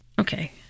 okay